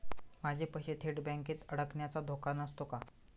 माझे पैसे थेट बँकेत अडकण्याचा धोका नसतो का?